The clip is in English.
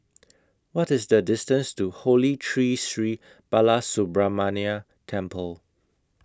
What IS The distance to Holy Tree Sri Balasubramaniar Temple